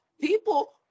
people